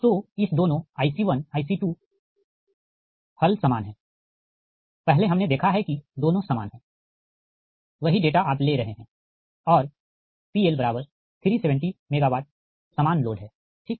तो इस दोनों IC1 IC2 का हल समान हैं पहले हमने देखा है कि दोनों समान हैं वही डेटा आप ले रहे हैं और PL370 MW समान लोड हैठीक